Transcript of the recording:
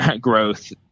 growth